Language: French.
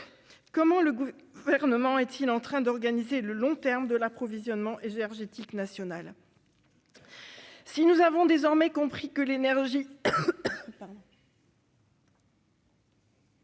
Comment le Gouvernement est-il en train d'organiser le long terme de l'approvisionnement énergétique national ? Si nous avons désormais compris que l'énergie